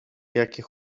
jakie